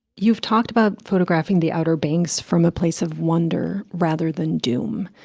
you've talked about photographing the outer banks from a place of wonder rather than doom.